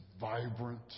vibrant